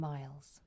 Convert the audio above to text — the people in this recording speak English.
Miles